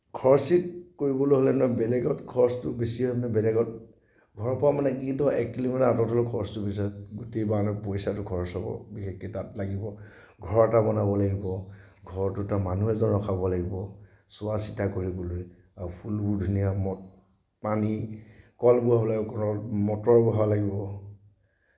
খৰচী কৰিবলৈ হ'লে নহয় বেলেগত খৰচটো বেছি হয় বেলেগত ঘৰৰ পৰা মানে কি এইটো এক কিলোমটাৰ আঁতৰত হ'লেও খৰচটো বেছি হয় গোটেই মানে পইচাটো খৰচ হ'ব বিশেষকে তাত লাগিব ঘৰ এটা বনাব লাগিব ঘৰটোতে মানুহ এজন ৰখাব লাগিব চোৱা চিতা কৰিবলৈ আৰু ফুলবোৰ ধুনীয়া ম পানীৰ কল বহাব লাগিব ঘৰত মটৰ বহাব লাগিব